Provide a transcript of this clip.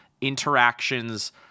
interactions